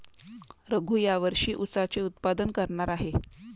रघू या वर्षी ऊसाचे उत्पादन करणार आहे